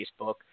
Facebook